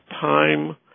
time